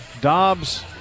Dobbs